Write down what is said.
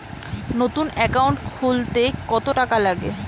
নতুন একাউন্ট খুলতে কত টাকা লাগে?